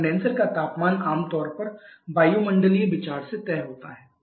अब कंडेनसर का तापमान आम तौर पर वायुमंडलीय विचार से तय होता है